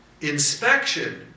inspection